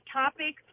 topic